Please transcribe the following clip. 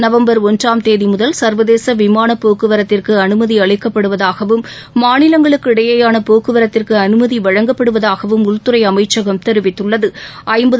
November ஒன்றாம் தேதி முதல் சர்வதேச விமான போக்குவரத்திற்கு அனுமதி அளிக்கப்படுவதாகவும் மாநிலங்களுக்கு இடையேயான போக்குவரத்திற்கு அனுமதி வழங்கப்படுவதாகவும் உள்துறை அமைச்சகம் தெரிவித்துள்ளது